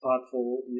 Thoughtful